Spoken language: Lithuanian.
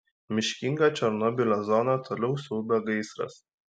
miškingą černobylio zoną toliau siaubia gaisras